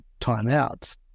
timeouts